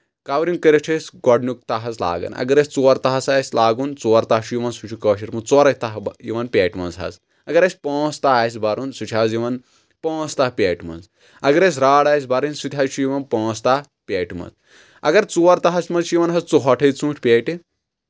covering کٔرِتھ چھِ أسۍ گۄڈنیُک تاہہ حظ لاگان اگر أسۍ ژور تاہس آسہِ لاگُن ژور تاہہ چھُ یِوان سُہ چھُ کٲشِر منٛز ژورے تاہہ یِوان پیٹہِ منٛز حظ اگر اَسہِ پانٛژھ تاہہ اسہِ بَرُن سُہ چھُ حظ یِوان پانٛژھ تاہہ پیٹہِ منٛز اگر أسۍ راڈ آسہِ بَرٕنۍ سُہ تہِ حظ چھُ یِوان پانٛژھ تاہہ پیٹہِ منٛز اگر ژور تاہس منٛز چھِ یِوان حظ ژوٚہٲٹھے ژوٗنٛٹھۍ پیٹہِ